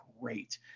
great